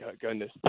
Goodness